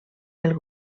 del